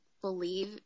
believe